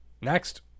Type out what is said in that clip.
Next